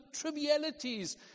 trivialities